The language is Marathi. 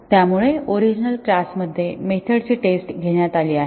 त्यामुळे ओरिजिनल क्लास मध्ये मेथड्सची टेस्ट घेण्यात आली आहे